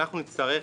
אנחנו נצטרך